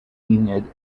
enid